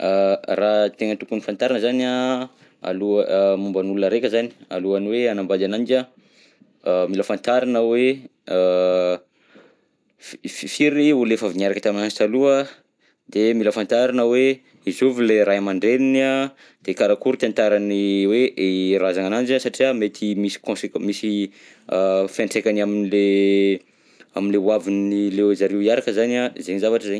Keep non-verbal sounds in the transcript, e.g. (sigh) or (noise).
A raha tena tokony fantarina zany an, aloha- momba ny olona raika zany, alohan'ny hoe hanambady ananjy an, a mila fantarina hoe a (hesitation) f- firy olona efa avy niaraka taminanjy taloha, de mila fantarina hoe i zovy le ray aman-dreniny an de karakory tantaran'ny hoe i razanananjy an satria mety misy conseque- misy (hesitation) fiantraikany am'le (hesitation) am'le ho avin'ny le zareo hiaraka zany zegny zavatra zay.